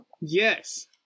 Yes